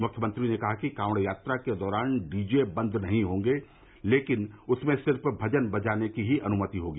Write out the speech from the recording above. मुख्यमंत्री ने कहा कि कॉवड़ यात्रा के दौरान डीजे बंद नहीं होंगे लेकिन उसमें सिर्फ भजन बजाने की ही अनुमति होगी